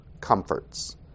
comforts